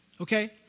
okay